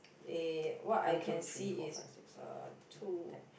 eh what I can see is uh two